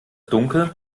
dunkel